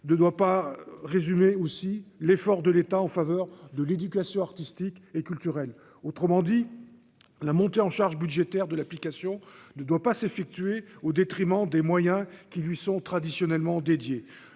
de doit pas résumer aussi l'effort de l'État en faveur de l'éducation artistique et culturelle, autrement dit la montée en charge budgétaire de l'application ne doit pas s'effectuer au détriment des moyens qui lui sont traditionnellement dédiée,